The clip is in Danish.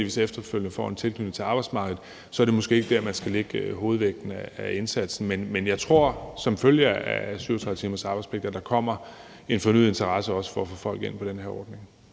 efterfølgende får en tilknytning til arbejdsmarkedet, så er det måske ikke der, man skal lægge hovedvægten af indsatsen. Men jeg tror, at der som følge af 37-timersarbejdspligten kommer en fornyet interesse for at få folk ind på den her ordning.